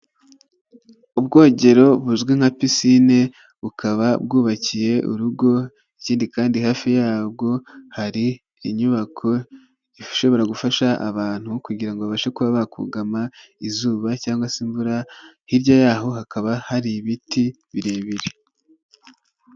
Ubwogero buzwi nka pisine bukaba bwubakiye urugo, ikindi kandi hafi yabwo hari inyubako ishobora gufasha abantu kugira ngo babashe kuba bakugama izuba cyangwa se imvura, hirya y'aho hakaba hari ibiti birebire.